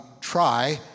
try